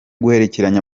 guhererekanya